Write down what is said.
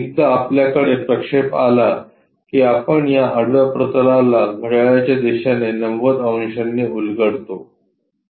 एकदा आपल्याकडे प्रक्षेप आला की आपण या आडव्या प्रतलाला घड्याळाच्या दिशेने 90 अंशांनी उलगडतो